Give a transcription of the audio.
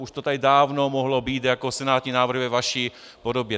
Už to tady dávno mohlo být jako senátní návrh ve vaší podobě.